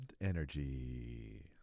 energy